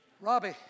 Robbie